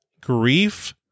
grief